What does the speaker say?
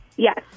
Yes